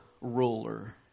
ruler